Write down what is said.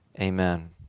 amen